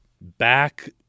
back